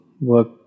work